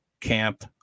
camp